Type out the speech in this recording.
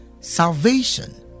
Salvation